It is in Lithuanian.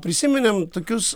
prisiminėm tokius